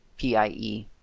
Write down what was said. PIE